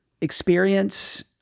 experience